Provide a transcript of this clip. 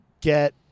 get